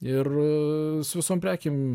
ir su visom prekėm